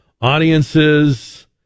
audiences